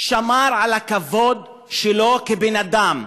שמרו על הכבוד שלו כבן אדם.